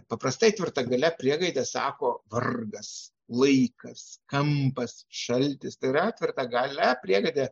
paprastai tvirtagale priegaide sako vargas laikas kampas šaltis tai yra tvirtagale priegaide